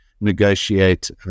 negotiate